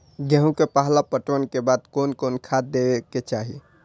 गेहूं के पहला पटवन के बाद कोन कौन खाद दे के चाहिए?